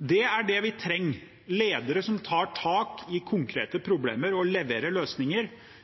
Det er det vi trenger, ledere som tar tak i konkrete problemer og leverer løsninger.